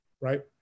right